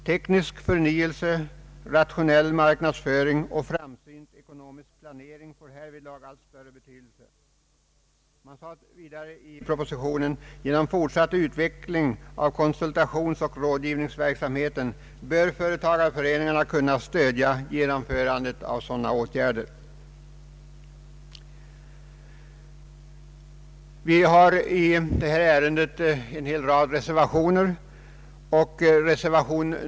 Teknisk förnyelse, rationell marknadsföring och framsynt ekonomisk planering får härvidlag allt större betydelse.” Det hette vidare i propositionen: ”Genom fortsatt utveck ling av konsultationsoch rådgivningsverksamheten bör föreningarna kunna stödja genomförandet av sådana åtgärder.” Det är en målsättning som leder till att ökade medel måste ställas till föreningarnas förfogande. Vi har i detta ärende en hel rad reservationer.